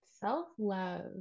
self-love